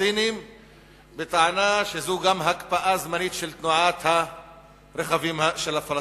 פלסטינים בטענה שזו גם הקפאה זמנית של תנועת הרכבים של הפלסטינים.